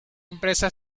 empresa